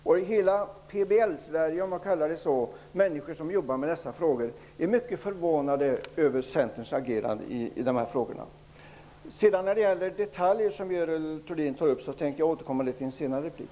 I hela PBL-Sverige, om man så får kalla det, är människor som jobbar med dessa frågor är mycket förvånade över Centerns agerande. De detaljer som Görel Thurdin tog upp vill jag återkomma till i en senare replik.